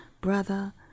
brother